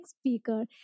speaker